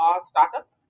startup